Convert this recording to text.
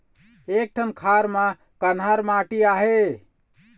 एक ठन खार म कन्हार माटी आहे?